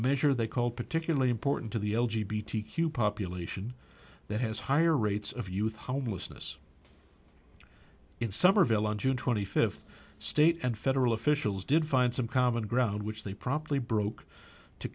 measure they call particularly important to the population that has higher rates of youth homelessness in somerville on june twenty fifth state and federal officials did find some common ground which they promptly broke to